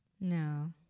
No